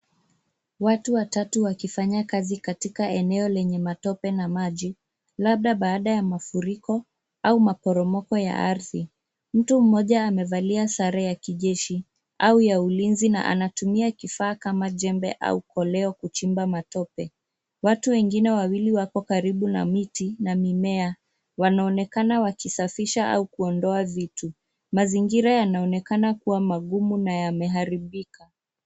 Watu watatu wakifanya kazi katika eneo lenye matope na maji, labda baada ya mafuriko au maporomoko ya ardhi. Mtu mmoja amevalia sare ya kijeshi au ya ulinzi na anatumia kifaa kama jembe au koleo kuchimba matope. Watu wengine wawili wako karibu na miti na mimea. Wanaonekana wakisafisha au kuondoa vitu. Mazingira yanaonekana kuwa magumu na yameharibika.